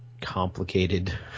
complicated